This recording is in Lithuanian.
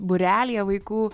būrelyje vaikų